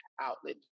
outlet